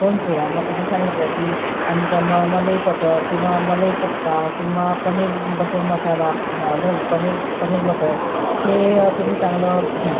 phone केला मग तिने सांगितलं की अमुक क म मलई पटर किंवा मलई कोफ्ता किंवा पनीर बटर मसाला नाही पनीर पनीर बटर हे तुम्ही चांगलं घ्या